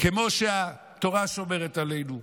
כמו שהתורה שומרת עלינו,